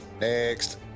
Next